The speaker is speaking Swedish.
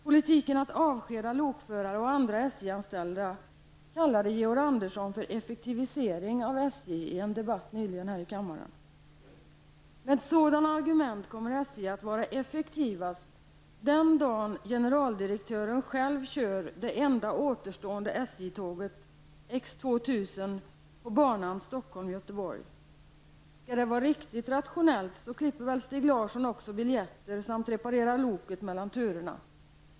Politiken att avskeda lokförare och andra SJ-anställda kallade Georg Andersson i en debatt nyligen här i kammaren för ''effektivisering'' av SJ. Med sådana argument kommer SJ att vara effektivast den dagen generaldirektören själv kör det enda återstående Skall det vara riktigt rationellt klipper Stig Larsson också biljetter samt reparera loket mellan turerna.